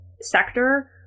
sector